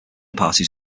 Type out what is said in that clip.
parties